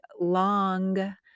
long